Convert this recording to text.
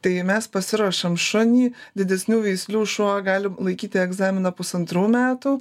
tai mes pasiruošiam šunį didesnių veislių šuo gali laikyti egzaminą pusantrų metų